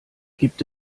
gibt